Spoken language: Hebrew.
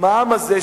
המע"מ הזה,